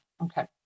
okay